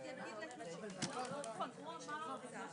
ואוצ'ר או כל צורה אחרת מהתחום הפרטי?